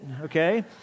okay